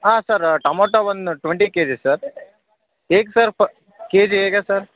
ಹಾಂ sir tomato ಒಂದು twenty K G sir ಹೇಗ್ ಸರ್ ಪ ಕೆ ಜಿ ಹೇಗೆ ಸರ್